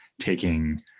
taking